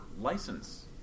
license